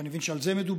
ואני מבין שעל זה מדובר,